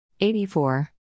84